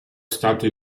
stato